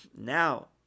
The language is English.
Now